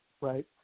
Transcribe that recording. right